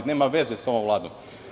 To nema veze sa ovom Vladom.